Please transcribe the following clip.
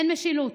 אין משילות.